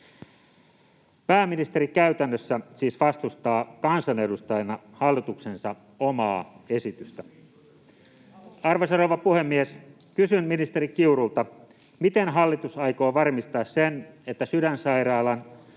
Pääministeri käytännössä siis vastustaa kansanedustajana hallituksensa omaa esitystä. [Vasemmalta: Ei todella!] Arvoisa rouva puhemies! Kysyn ministeri Kiurulta: miten hallitus aikoo varmistaa sen, että Sydänsairaalan,